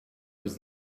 was